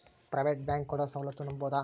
Private bank ಕೊಡೊ ಸೌಲತ್ತು ನಂಬಬೋದ?